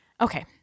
Okay